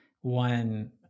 one